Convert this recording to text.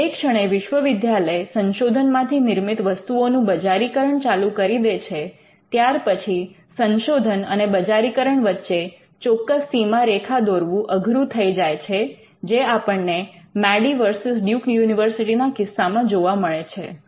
પણ જે ક્ષણે વિશ્વવિદ્યાલય સંશોધનમાંથી નિર્મિત વસ્તુઓનું બજારીકરણ ચાલુ કરી દે છે ત્યાર પછી સંશોધન અને બજારીકરણ વચ્ચે ચોક્કસ સીમારેખા દોરવું અઘરું થઈ જાય છે જે આપણને મેડી વર્સીસ ડ્યૂક યુનિવર્સિટી ના કિસ્સામાં જોવા મળે છે